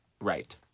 right